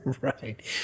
Right